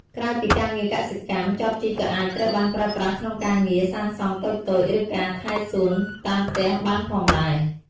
ក្រៅពីការងារកសិកម្ម ចបជីកក៏អាចត្រូវបានប្រើប្រាស់ក្នុងការងារ សាងសង់ តូចៗ ឬការ ថែសួន តាមផ្ទះបានផងដែរ។